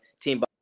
team